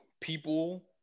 people